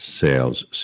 sales